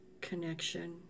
connection